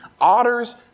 otters